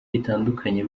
bitandukanye